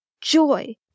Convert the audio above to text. joy